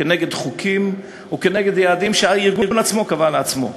כנגד חוקים וכנגד יעדים שהארגון עצמו קבע לעצמו.